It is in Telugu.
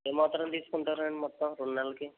ఏమాత్రం తీసుకుంటారండి మొత్తం రెండునెలలకి